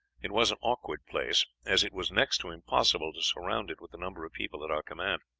it was an awkward place, as it was next to impossible to surround it with the number of people at our command.